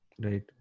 Right